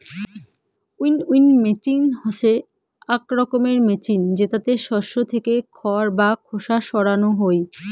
winnowing machine হসে আক রকমের মেচিন জেতাতে শস্য থেকে খড় বা খোসা সরানো হই